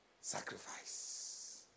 Sacrifice